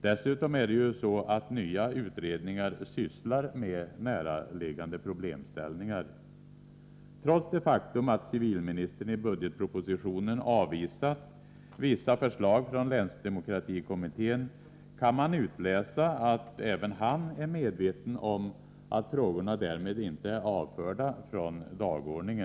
Dessutom är det ju så att nya utredningar sysslar med näraliggande SÄ Fredagen den problemställningar. 13 april 1984 Trots det faktum att civilministern i budgetpropositionen avvisat vissa P förslag från länsdemokratikommittén kan man utläsa att även han är Pen ställlkä verka medveten om att frågorna därmed inte är avförda från dagordningen.